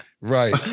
Right